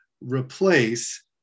replace